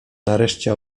nareszcie